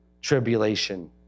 tribulation